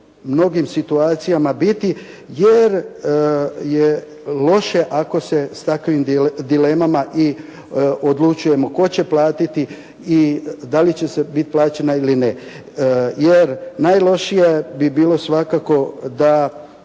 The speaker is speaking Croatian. mnogim situacijama biti jer je loše ako se s takvim dilemama i odlučujemo tko će platiti i da li će biti plaćena ili ne jer najlošije bi bilo svakako da